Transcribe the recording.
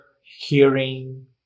hearing